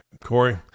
Corey